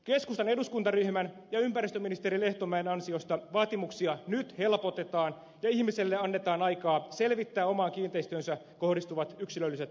keskustan eduskuntaryhmän ja ympäristöministeri lehtomäen ansiosta vaatimuksia nyt helpotetaan ja ihmisille annetaan aikaa selvittää omaan kiinteistöönsä kohdistuvat yksilölliset muutostarpeet